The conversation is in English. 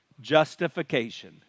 justification